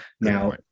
now